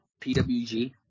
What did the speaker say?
PWG